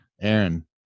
Aaron